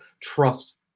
trust